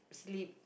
sleep